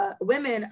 women